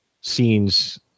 scenes